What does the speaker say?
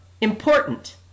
Important